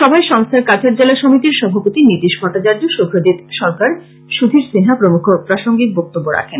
সভায় সংস্থার কাছাড় জেলা সমিতির সভাপতি নীতিশ ভট্টাচার্য শুভ্রজিৎ সরকার সুধীর সিনহা প্রমূখ প্রাসঙ্গিক বক্তব্য রাখেন